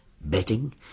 betting